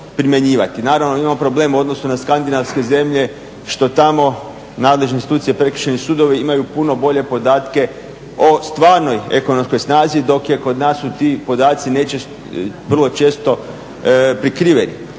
Naravno imamo problem u odnosu na skandinavske zemlje što tamo nadležne institucije, prekršajni sudovi imaju puno bolje podatke o stvarnoj ekonomskoj snazi, dok kod nas su ti podaci vrlo često prikriveni